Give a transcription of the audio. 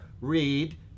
read